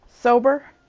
sober